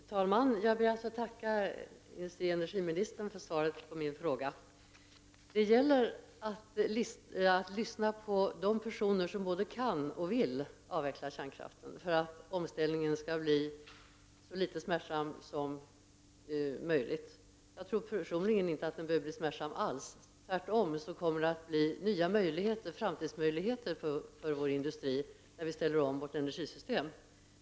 Fru talman! Jag ber att få tacka energioch industriministern för svaret på min fråga. Det gäller att lyssna till de personer som både kan och vill avveckla kärnkraften, för att omställningen skall bli så litet smärtsam som möjligt. Personligen tror jag inte att den behöver bli smärtsam alls. Tvärtom kommer det att bli nya framtidsmöjligheter för vår industri när vi ställer om vårt energisystem.